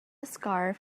scarf